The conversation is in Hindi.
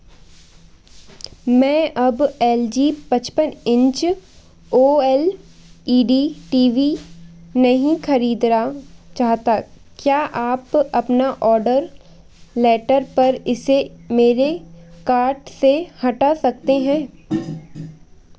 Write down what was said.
मैं अब एल जी पचपन inch O L E D T V नहीं खरीदना चाहता क्या आप अपना औडर लेटर पर इसे मेरे कार्ट से हटा सकते हैं